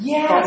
Yes